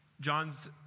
John's